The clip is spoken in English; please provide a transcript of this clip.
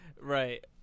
Right